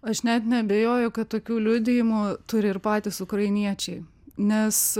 aš net neabejoju kad tokių liudijimų turi ir patys ukrainiečiai nes